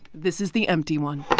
this is the empty one